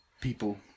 people